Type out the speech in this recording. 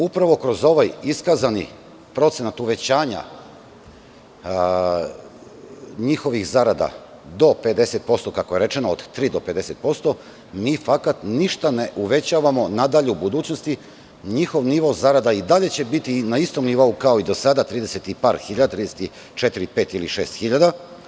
Upravo kroz ovaj iskazani procenat uvećanja njihovih zarada do 50%, kako je rečeno od 3% do 50%, mi fakat ništa ne uvećavam, nadalje, u budućnosti, njihov nivo zarada i dalje će biti na istom nivou kao i do sada 34.000, 35.000 ili 36.000.